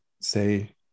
say